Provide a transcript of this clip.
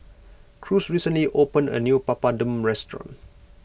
Cruz recently opened a new Papadum restaurant